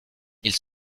ils